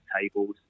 tables